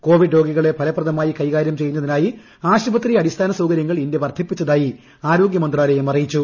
Covid രോഗികളെ ഫലപ്രദമായി കൈകാര്യം ചെയ്യുന്നതിനായി ആശുപത്രി അടിസ്ഥാന സൌകര്യങ്ങൾ ഇന്ത്യ വർദ്ധിപ്പിച്ചതായി ആരോഗ്യ മന്ത്രാലയം അറിയിച്ചു